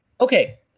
okay